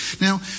Now